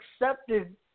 accepted